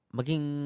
Maging